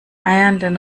eiernden